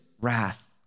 wrath